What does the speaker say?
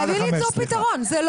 (הישיבה נפסקה בשעה 16:40 ונתחדשה בשעה 16:55.) אני מחדש את הדיון.